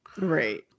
Right